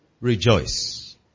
Rejoice